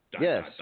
Yes